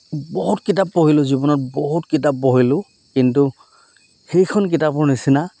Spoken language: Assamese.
বহুত কিতাপ পঢ়িলোঁ জীৱনত বহুত কিতাপ পঢ়িলোঁ কিন্তু সেইখন কিতাপৰ নিচিনা